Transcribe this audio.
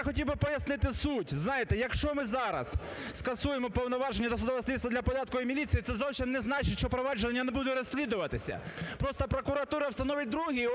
я хотів би пояснити суть. Знаєте, якщо ми зараз скасуємо повноваження досудового слідства для податкової міліції, це зовсім не значить, що провадження не буде розслідуватися. Просто прокуратура встановить другий